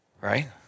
right